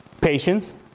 patience